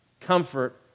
comfort